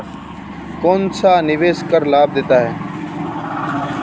कौनसा निवेश कर लाभ देता है?